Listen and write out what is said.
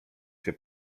się